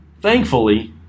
Thankfully